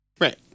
right